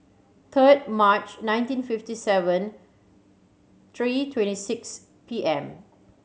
third March nineteen fifty seven three twenty six P M